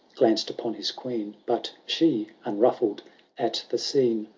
glanced upon his queen but she, unruffled at the scene.